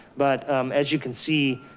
but as you can see,